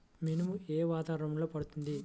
మినుము ఏ వాతావరణంలో పండుతుంది?